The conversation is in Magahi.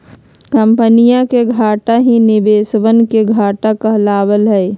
कम्पनीया के घाटा ही निवेशवन के घाटा कहलावा हई